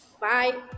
bye